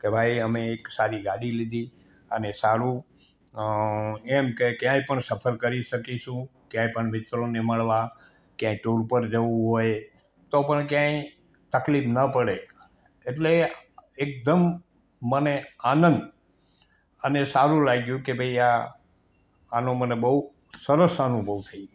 કે ભાઈ અમે એક સારી ગાડી લીધી અને સારું અ એમ કે ક્યાંય પણ સફર કરી શકીશું ક્યાંય પણ મિત્રોને મળવા ક્યાંય ટૂર ઉપર જવું હોય તો પણ ક્યાંય તકલીફ ન પડે એટલે એકદમ મને આનંદ અને સારું લાગ્યું કે ભાઈ આ આનો મને બહુ સરસ અનુભવ થઇ ગયો